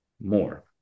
more